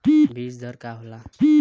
बीज दर का होला?